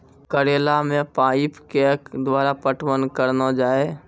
करेला मे पाइप के द्वारा पटवन करना जाए?